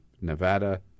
Nevada